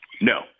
No